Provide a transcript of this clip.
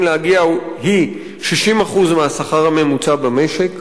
להגיע אליה היא 60% מהשכר הממוצע במשק.